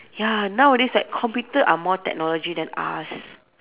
ya nowadays like computer are more technology than us